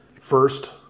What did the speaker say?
first